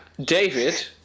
David